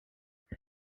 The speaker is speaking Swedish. det